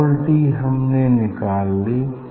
small D हमने निकाल ली